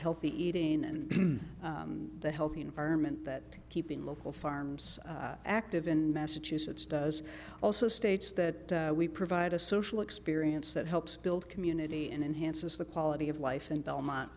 healthy eating and the healthy environment that keeping local farms active in massachusetts does also states that we provide a social experience that helps build community and enhances the quality of life in belmont